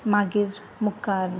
मागीर मुखार